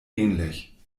ähnlich